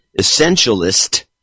Essentialist